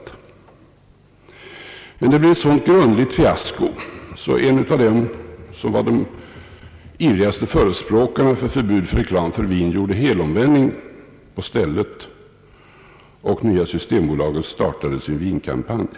Att försöka införa förbud mot reklam för vin blev ett så grundligt fiasko, att en av dem som var bland de ivrigaste förespråkarna för detta förbud gjorde en helomvändning på stället och Nya system AB startade sin vinkampanj.